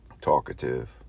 talkative